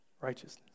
righteousness